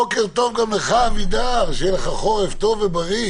בוקר טוב גם לך, אבידר, שיהיה לך חורף טוב ובריא.